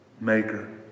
maker